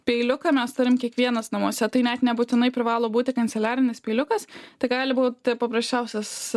peiliuką mes turim kiekvienas namuose tai net nebūtinai privalo būti kanceliarinis peiliukas tai gali būt paprasčiausias